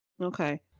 Okay